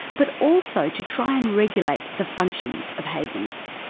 but also to try and regulate the functions of havens.